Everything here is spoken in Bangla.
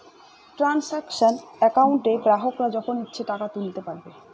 ট্রানসাকশান একাউন্টে গ্রাহকরা যখন ইচ্ছে টাকা তুলতে পারবে